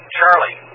Charlie